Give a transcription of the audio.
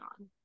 on